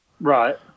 Right